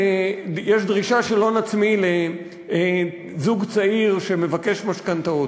יש דרישה של הון עצמי לזוג צעיר שמבקש משכנתאות,